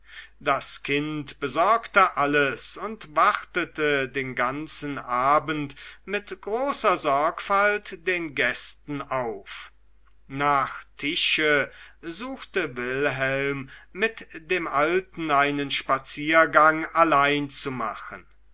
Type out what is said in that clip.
das kind besorgte alles und wartete den ganzen abend mit großer sorgfalt den gästen auf nach tisch suchte wilhelm mit dem alten einen spaziergang allein zu machen